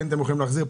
כן אתם יכולים להחזיר.